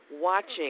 watching